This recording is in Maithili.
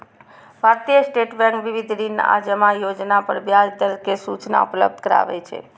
भारतीय स्टेट बैंक विविध ऋण आ जमा योजना पर ब्याज दर के सूचना उपलब्ध कराबै छै